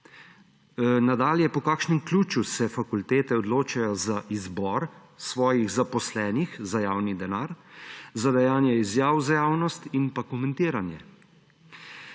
same? Po kakšnem ključu se fakultete odločajo za izbor svojih zaposlenih za javni denar za dajanje izjav za javnost in pa komentiranje?